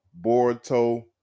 boruto